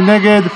מי נגד?